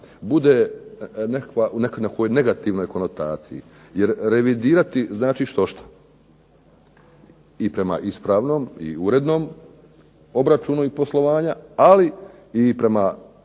bude u nekakvoj negativnoj konotaciji. Jer revidirati znati štošta. I prema ispravnom i prema urednom poslovanju i obračunu ali prema